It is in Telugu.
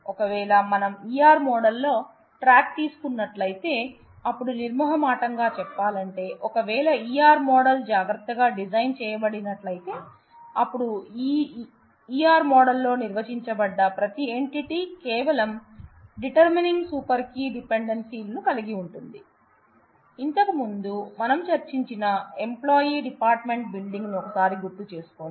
ఒకవేళ మనం ER మోడల్ ట్రాక్ తీసుకున్నట్లయితే అప్పుడు నిర్మొహమాటంగా చెప్పాలంటే ఒకవేళ ER మోడల్ జాగ్రత్తగా డిజైన్ చేయబడినట్లయితే అప్పుడు ఆ ER మోడల్ లో నిర్వచించబడ్డ ప్రతి ఎంటిటీ కేవలం డిటెర్మీనింగ్ సూపర్ కీ కలిగి ఉంటుంది ఇంతకు ముందు మనం చర్చించిన ఎంప్లాయి డిపార్ట్మెంట్ బిల్డింగ్ ని ఒక్కసారి గుర్తు చేసుకోండి